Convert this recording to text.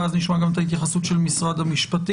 ואז נשמע גם את ההתייחסות של משרד המשפטים,